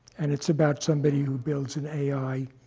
and it's about somebody who builds an ai,